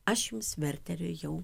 aš jums verterio jau